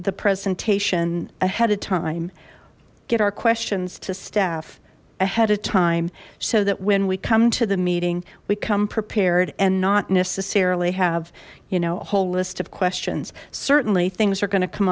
the presentation ahead of time get our questions to staff ahead of time so that when we come to the meeting we come prepared and not necessarily have you know a whole list of questions certainly things are going to come